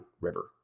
River